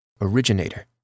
originator